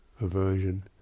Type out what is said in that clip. aversion